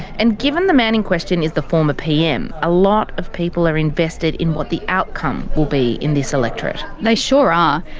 and given the man in question is the former pm, a lot of people are invested in what the outcome will be in this electorate. they sure are.